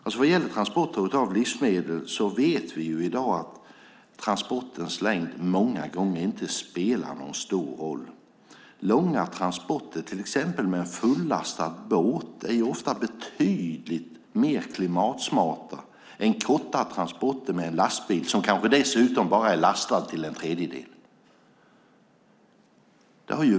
När det gäller transporter av livsmedel vet vi i dag att transportens längd många gånger inte spelar en stor roll. Långa transporter, till exempel med en fullastad båt, är ofta betydligt klimatsmartare än korta transporter med en lastbil som dessutom kanske bara är lastad till en tredjedel.